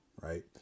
right